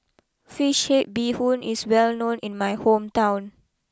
Fish Head BeeHoon is well known in my hometown